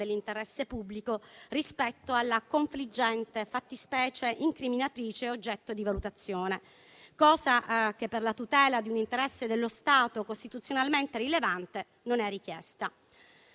dell'interesse pubblico rispetto alla confliggente fattispecie incriminatrice oggetto di valutazione; elemento che, per la tutela di un interesse dello Stato costituzionalmente rilevante, non è richiesto.